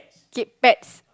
keep pets